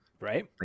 Right